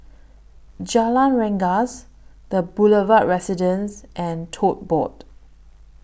Jalan Rengas The Boulevard Residence and Tote Board